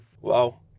Wow